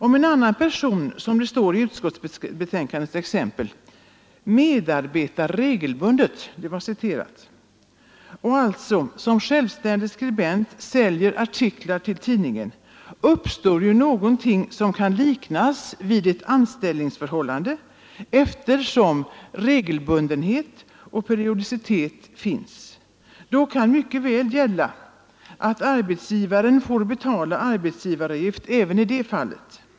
Om en annan person, som det står i utskottsbetänkandets exempel, ”medarbetar regelbundet”, och alltså som självständig skribent säljer artiklar till tidningen, uppstår något som kan liknas vid ett anställningsförhållande, eftersom regelbundenhet och periodicitet finns. Då kan det mycket väl vara så att arbetsgivaren får betala arbetsgivaravgift även i det fallet.